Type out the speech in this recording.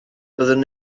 byddwn